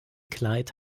kleid